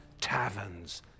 taverns